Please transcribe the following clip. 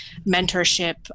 mentorship